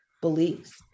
beliefs